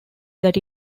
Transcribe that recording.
that